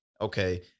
okay